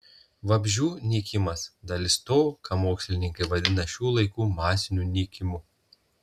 vabzdžių nykimas dalis to ką mokslininkai vadina šių laikų masiniu nykimu